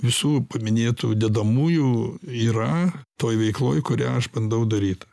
visų paminėtų dedamųjų yra toj veikloj kurią aš bandau daryt